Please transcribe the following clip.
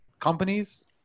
companies